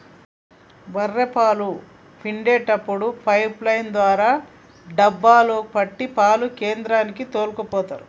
బఱ్ఱె పాలు పిండేప్పుడు పైపు లైన్ ద్వారా డబ్బాలో పట్టి పాల కేంద్రానికి తోల్కపోతరు